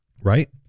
Right